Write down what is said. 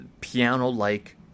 piano-like